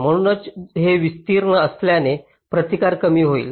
म्हणूनच हे विस्तीर्ण असल्याने प्रतिकार कमी होईल